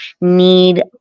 need